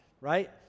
right